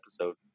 episode